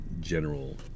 general